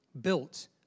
built